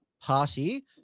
Party